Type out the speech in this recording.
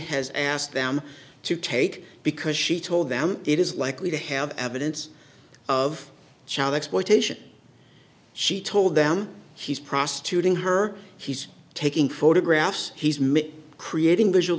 has asked them to take because she told them it is likely to have evidence of child exploitation she told them he's prostituting her he's taking photographs he's made creating visual